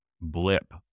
blip